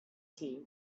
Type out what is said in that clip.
tea